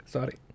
Sorry